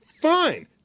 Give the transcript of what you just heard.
Fine